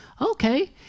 okay